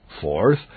Fourth